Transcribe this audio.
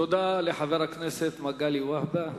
תודה לחבר הכנסת מגלי והבה.